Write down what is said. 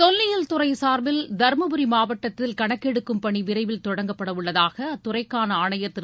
தொல்லியல் துறை சார்பில் தருமபுரி மாவட்டத்தில் கணக்கெடுக்கும் பணி விரைவில் தொடங்கப்படவுள்ளதாக அத்துறைக்கான ஆணையர் திரு